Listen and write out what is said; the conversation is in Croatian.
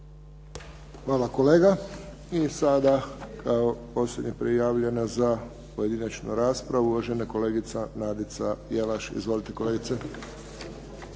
Hvala kolega. I sada kao posljednja prijavljena za pojedinačnu raspravu uvažene kolegica Nadica Jelaš. Izvolite kolegice.